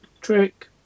trick